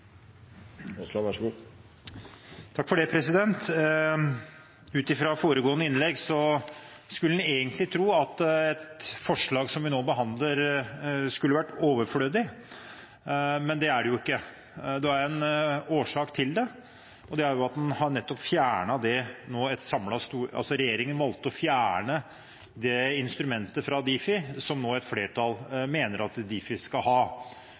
Ut fra foregående innlegg skulle en egentlig tro at det forslaget som vi nå behandler, var overflødig, men det er det ikke. Det er en årsak til det, og det er at regjeringen valgte å fjerne det instrumentet fra Difi som et flertall mener Difi skal ha. Sånn sett er jeg glad for at Stortinget er samlet. 400 mrd. kr – eller der omkring – er det